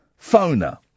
phoner